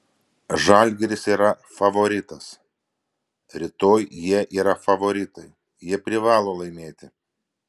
žalgiris yra favoritas rytoj jie yra favoritai jie privalo laimėti